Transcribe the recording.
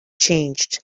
changed